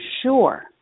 sure